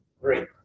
Three